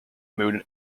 moon